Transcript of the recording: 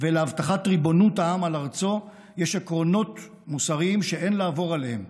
ולהבטחת ריבונות העם על ארצו יש עקרונות מוסריים שאין לעבור עליהם.